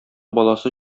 баласы